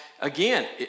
again